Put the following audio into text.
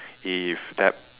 if that